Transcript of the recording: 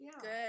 Good